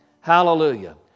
Hallelujah